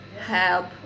help